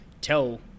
tell